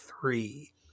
three